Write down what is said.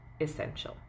essential